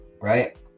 right